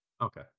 Okay